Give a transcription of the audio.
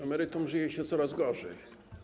Emerytom żyje się coraz gorzej.